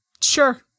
Sure